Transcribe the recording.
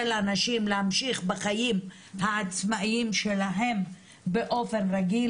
הנשים להמשיך בחיים העצמאיים שלהן באופן רגיל.